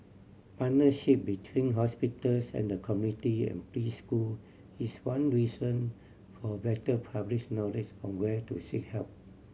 partnership between hospitals and the community and preschool is one reason for better public knowledge on where to seek help